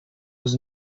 was